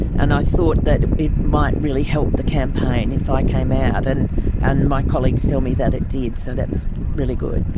and i thought that it might really help the campaign if i came out. and and my colleagues tell me that it did. so that's really good.